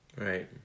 Right